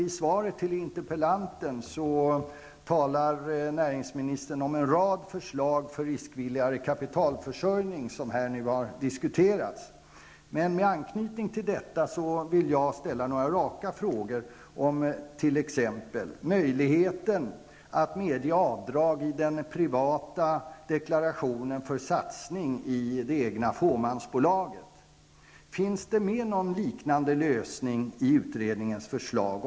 I svaret till interpellanten talar näringsministern om en rad förslag för att åstadkomma en riskvilligare inställning till kapitalförsörjningen, något som här har diskuterats. Med anknytning till detta vill jag ställa några raka frågor, t.ex. om möjligheten att medge avdrag i den privata deklarationen för satsning i det egna fåmansbolaget. Finns det med någon liknande lösning i utredningens förslag?